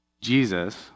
Jesus